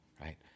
right